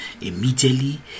immediately